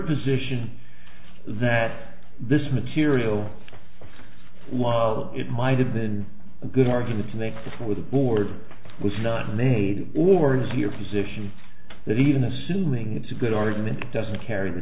position that this material law it might have been a good argument to make before the board was not made or is your position that even assuming it's a good argument doesn't carry the